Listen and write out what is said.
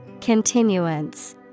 Continuance